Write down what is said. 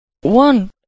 One